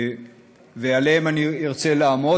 ועליהן אני ארצה לעמוד.